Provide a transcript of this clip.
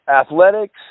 Athletics